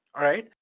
alright?